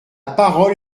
parole